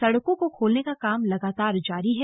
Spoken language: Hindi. सड़कों को खोलने का काम लगातार जारी है